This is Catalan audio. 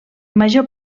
major